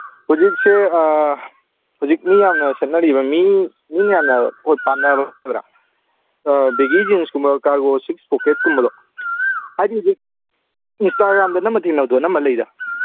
ꯍꯧꯖꯤꯛꯁꯦ ꯍꯧꯖꯤꯛ ꯃꯤ ꯌꯥꯝꯅ ꯁꯦꯠꯅꯔꯤꯕ ꯃꯤ ꯃꯤ ꯌꯥꯝꯅ ꯑꯣꯠ ꯕꯦꯒꯤ ꯖꯤꯟꯁꯀꯨꯝꯕ ꯀꯥꯔꯒꯣ ꯁꯤꯛꯁ ꯄꯣꯀꯦꯠꯀꯨꯝꯕꯗꯣ ꯍꯥꯏꯗꯤ ꯍꯧꯖꯤꯛ ꯏꯟꯁꯇꯥꯒ꯭ꯔꯥꯝꯗ ꯅꯪꯅ ꯊꯦꯡꯅꯕꯗꯣ ꯑꯅꯝꯕ ꯂꯩꯗ